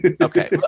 Okay